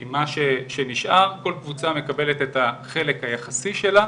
עם מה שנשאר, כל קבוצה מקבלת את החלק היחסי שלה,